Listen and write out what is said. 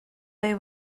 they